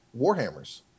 warhammers